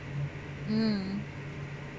mm